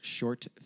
Short